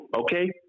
okay